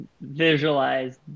visualize